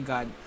God